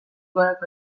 gorako